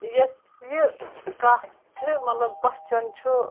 یۄس یہِ کَتھ چھِ مطلب کوسچھن چھُ